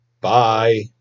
Bye